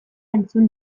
entzun